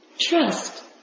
Trust